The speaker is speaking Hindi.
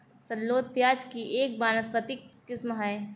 शल्लोत प्याज़ की एक वानस्पतिक किस्म है